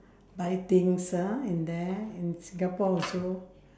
buy things ah in there and singapore also